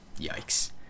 yikes